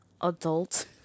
adult